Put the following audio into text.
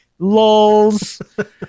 Lols